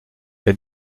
les